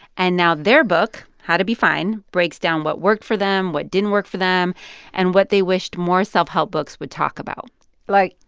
and now their book, how to be fine, breaks down what worked for them, what didn't work for them and what they wished more self-help books would talk about like,